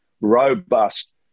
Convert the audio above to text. robust